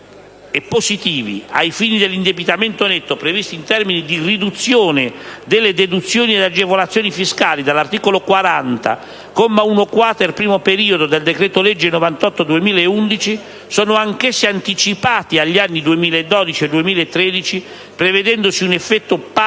positivi ai fini dell'indebitamento netto previsti in termini di riduzione delle deduzioni ed agevolazioni fiscali dall'articolo 40, comma 1-*quater*, primo periodo, del decreto-legge n. 98 del 2011 sono anch'essi anticipati agli anni 2012 e 2013, prevedendosi un effetto pari a